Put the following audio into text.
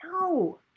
No